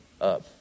up